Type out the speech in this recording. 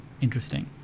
interesting